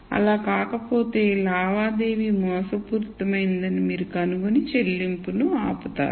అలా కాకపోతే లావాదేవీ మోసపూరితమైనదని మీరు కనుగొని చెల్లింపును ఆపుతారు